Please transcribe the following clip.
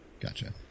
gotcha